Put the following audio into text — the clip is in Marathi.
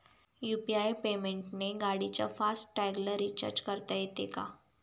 यु.पी.आय पेमेंटने गाडीच्या फास्ट टॅगला रिर्चाज करता येते का?